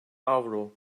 avro